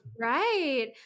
Right